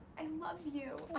i love you, i